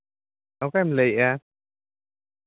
ᱚᱠᱚᱭᱮᱢ ᱞᱟᱹᱭᱮᱫᱼᱟ